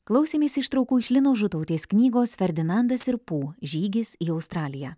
klausėmės ištraukų iš linos žutautės knygos ferdinandas ir pū žygis į australiją